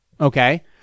Okay